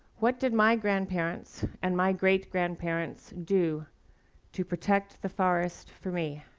what did my grandparents and my great-grandparents do to protect the forest for me?